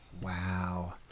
Wow